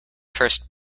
first